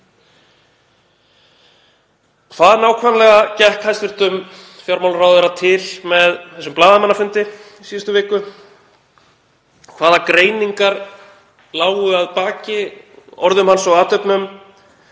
Hvað nákvæmlega gekk hæstv. fjármálaráðherra til með þessum blaðamannafundi í síðustu viku? Hvaða greiningar lágu að baki orðum hans og athöfnum?